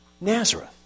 Nazareth